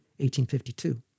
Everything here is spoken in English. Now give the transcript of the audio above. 1852